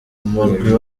umurwi